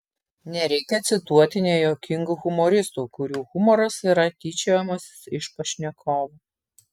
nereikia cituoti nejuokingų humoristų kurių humoras yra tyčiojimasis iš pašnekovų